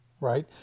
right